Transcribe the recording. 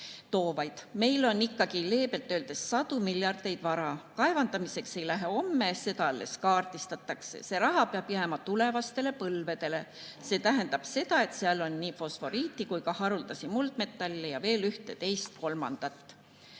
maavarasid: "Meil on ikkagi leebelt öeldes sadu miljardeid vara. Kaevandamiseks ei lähe homme, seda alles kaardistatakse. See raha peaks jääma tulevastele põlvedele. See tähendab seda, et seal on nii fosforiiti kui ka haruldasi muldmetalle ja veel ühte, teist ja kolmandat.